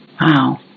Wow